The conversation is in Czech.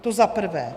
To za prvé.